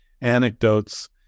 anecdotes